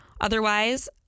Otherwise